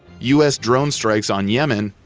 us drone strikes on yemen,